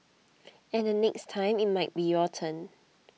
and the next time it might be your turn